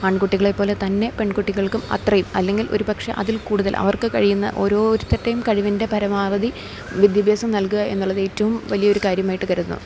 ആൺകുട്ടികളെ പോലെ തന്നെ പെൺകുട്ടികൾക്കും അത്രയും അല്ലെങ്കിൽ ഒരു പക്ഷെ അതിൽ കൂടുതൽ അവർക്ക് കഴിയുന്ന ഓരോരുത്തരുടെയും കഴിവിൻ്റെ പരമാവധി വിദ്യാഭ്യാസം നൽകുക എന്നുള്ളത് ഏറ്റവും വലിയൊരു കാര്യമായിട്ട് കരുതുന്നു